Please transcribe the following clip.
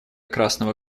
красного